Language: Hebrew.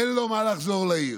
אין לו מה לחזור לעיר.